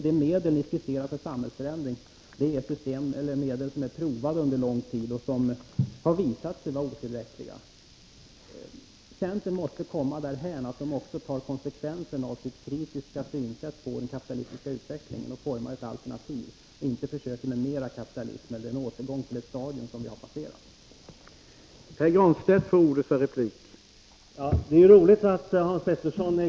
De medel för samhällsförändring ni skisserar är medel som är provade under lång tid och som har visat sig vara otillräckliga.